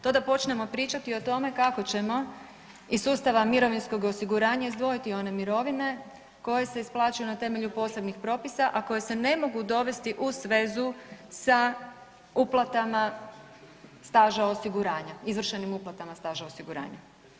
To da počnemo pričati o tome kako ćemo iz sustava mirovinskog osiguranja izdvojiti one mirovine koje se isplaćuju na temelju posebnih propisa, a koje se ne mogu dovesti u svezu sa uplatama staža osiguranja, izvršenim uplatama staža osiguranja.